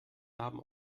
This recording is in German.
haben